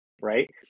right